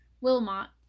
Wilmot